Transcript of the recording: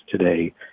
today